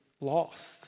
lost